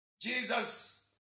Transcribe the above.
Jesus